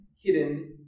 hidden